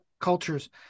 cultures